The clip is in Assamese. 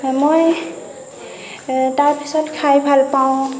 মই তাৰ পিছত খাই ভাল পাওঁ